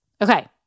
Okay